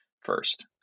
first